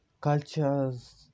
cultures